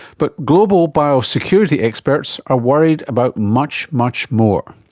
but global biosecurity experts are worried about much, much more.